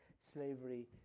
slavery